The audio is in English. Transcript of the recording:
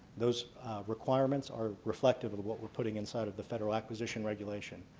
those requirements are reflective of of what we're putting inside of the federal acquisition regulation.